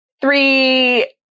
Three